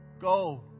go